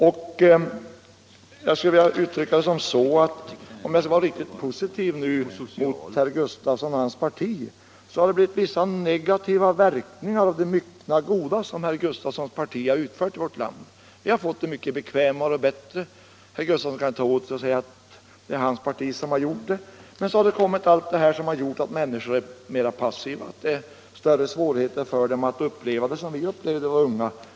Om jag nu skall vara riktigt positiv mot herr Gustavsson och hans parti skulle jag vilja uttrycka det så att det har blivit vissa negativa verkningar av det myckna goda som herr Gustavssons parti har utfört i vårt land. Vi har fått det mycket bekvämare och bättre. Herr Gustavsson kan ju ta åt sig och säga att det är hans parti som har åstadkommit det. Men så har allt detta kommit som har gjort att människor är mera passiva, att det är större svårigheter för dem att uppleva det som vi upplevde när vi var unga.